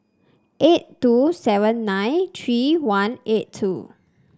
eight two seven nine three one eight two